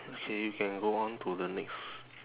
okay you can go on to the next